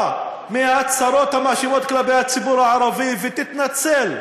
מההצהרות המאשימות כלפי הציבור הערבי ותתנצל,